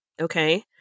okay